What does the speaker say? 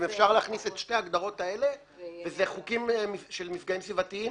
אם אפשר להכניס את שתי ההגדרות האלה כי זה חוקים של מפגעים סביבתיים.